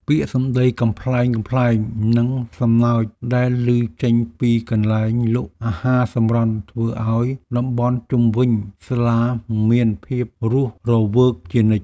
ពាក្យសម្តីកំប្លែងៗនិងសំណើចដែលឮចេញពីកន្លែងលក់អាហារសម្រន់ធ្វើឱ្យតំបន់ជុំវិញសាលាមានភាពរស់រវើកជានិច្ច។